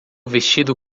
vestido